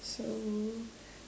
so